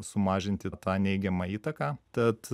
sumažinti tą neigiamą įtaką tad